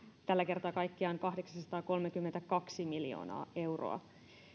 tällä kertaa kaikkiaan kahdeksansataakolmekymmentäkaksi miljoonaa euroa